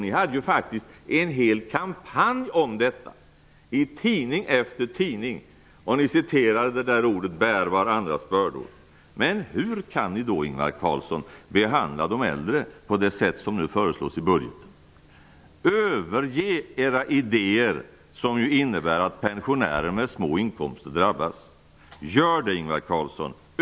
Ni hade faktiskt en hel kampanj om detta, i tidning efter tidning, där ni citerade orden "bära varandras bördor". Men hur kan ni då, Ingvar Carlsson, behandla de äldre på det sätt som nu föreslås i budgeten? Överge era idéer som innebär att pensionärer med små inkomster drabbas. Gör det, Ingvar Carlsson!